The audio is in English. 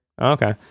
okay